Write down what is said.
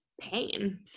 pain